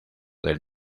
del